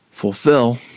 Fulfill